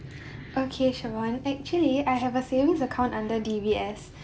okay chivonne actually I have a savings account under D_B_S